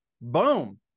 boom